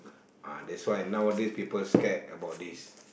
that why nowadays people scared about this